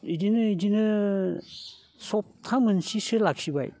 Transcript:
इदिनो इदिनो सबथा मोनसेसो लाखिबाय